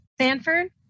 Sanford